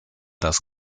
das